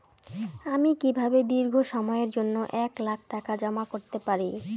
আমি কিভাবে দীর্ঘ সময়ের জন্য এক লাখ টাকা জমা করতে পারি?